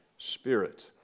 Spirit